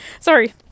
Sorry